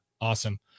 Awesome